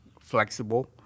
flexible